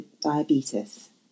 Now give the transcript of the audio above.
diabetes